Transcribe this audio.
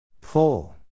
Pull